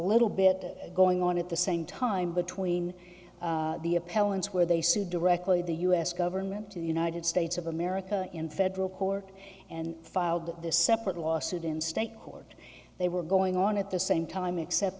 little bit going on at the same time between the appellant's where they sued directly the us government to the united states of america in federal court and filed this separate lawsuit in state court they were going on at the same time except